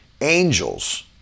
angels